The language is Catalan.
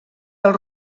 del